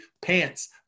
pants